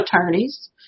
attorneys